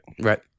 Right